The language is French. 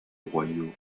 royaume